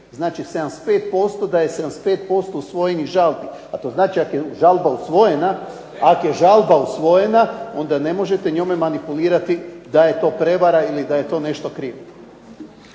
Znači 75%, da je 75% usvojenih žalbi, a to znači ako je žalba usvojena onda ne možete njome manipulirati da je to prevara ili da je to nešto krivo.